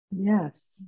Yes